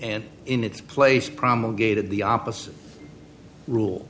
and in its place promulgated the opposite rule